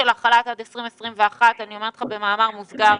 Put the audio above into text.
במאמר מוסגר,